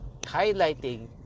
highlighting